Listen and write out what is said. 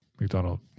McDonald